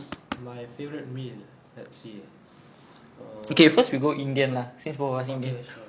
my favourite meal let's see err okay sure